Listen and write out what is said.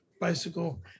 bicycle